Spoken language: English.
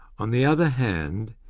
on the other hand,